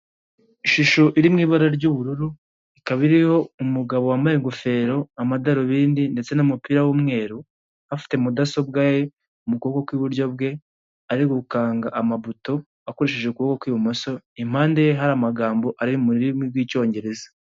Ishusho iri mu ibara ry'ubururu ikaba iriho umugabo wambaye ingofero, amadarubindi ndetse n'umupira w'umweru afite mudasobwa ye mu kuboko kw'iburyo bwe, ari gukanga amabuto akoresheje ukuboko kw'ibumoso, impande ye hari amagambo ari mu rurimi rw'icyongereza.